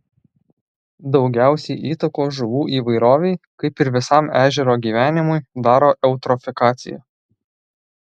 daugiausiai įtakos žuvų įvairovei kaip ir visam ežero gyvenimui daro eutrofikacija